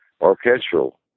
orchestral